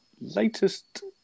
latest